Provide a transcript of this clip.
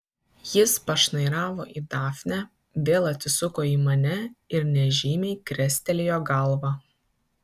jis pašnairavo į dafnę vėl atsisuko į mane ir nežymiai krestelėjo galva